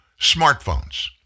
smartphones